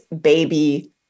baby